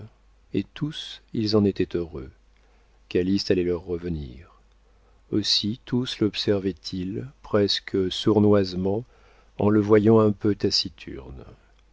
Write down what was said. et tous ils en étaient heureux calyste allait leur revenir aussi tous lobservaient ils presque sournoisement en le voyant un peu